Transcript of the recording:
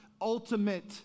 ultimate